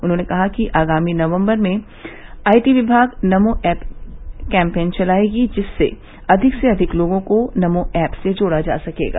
उन्होंने कहा कि आगामी नवम्बर में आईटी विमाग नमो एप कैम्पेन चलायेगी जिससे अधिक से अधिक लोगों को नमो एप से जोड़ा जा सकेगा